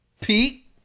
Pete